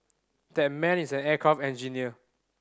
that man is an aircraft engineer